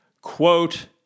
quote